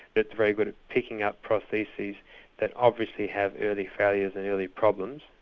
it's very good at picking up prostheses that obviously have early failure and early problems.